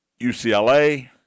UCLA